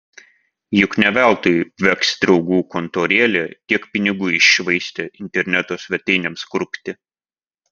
juk ne veltui veks draugų kontorėlė tiek pinigų iššvaistė interneto svetainėms kurpti